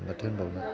माथो होनबावनो